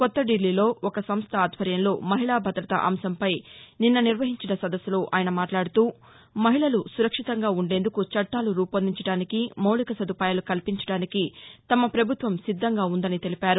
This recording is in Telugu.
కొత్తదిల్లీలో ఒక సంస్థ ఆధ్వర్యంలో మహిళా భద్రత అంశంపై నిన్న నిర్వహించిన సదస్సులో ఆయన మాట్లాడుతూ మహిళలు సురక్షితంగా ఉండేందుకు చట్టాలు రూపొందించడానికి మౌలిక సదుపాయాలు కల్పించడానికి తమ ప్రభుత్వం సిద్దంగా ఉందని తెలిపారు